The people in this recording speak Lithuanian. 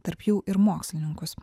tarp jų ir mokslininkus